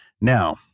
Now